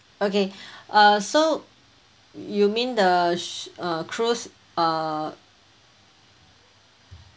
okay uh so you mean the sh~ uh cruise uh